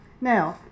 Now